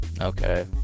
Okay